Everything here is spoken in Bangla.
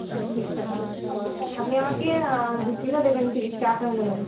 ত্রিশ টাকা আপনি আমাকে দুকিলো দেবেন ত্রিশ টাকা করে নেবেন